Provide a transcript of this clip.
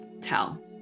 tell